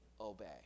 obey